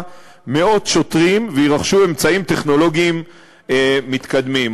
מאות שוטרים ויירכשו אמצעים טכנולוגיים מתקדמים.